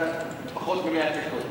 פחות מ-100 כיתות.